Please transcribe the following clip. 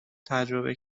تجربه